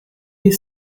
you